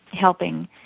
helping